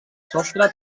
sostre